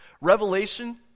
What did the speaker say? Revelation